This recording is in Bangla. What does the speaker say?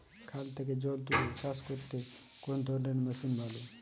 খাল থেকে জল তুলে চাষ করতে কোন ধরনের মেশিন ভালো?